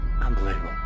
Unbelievable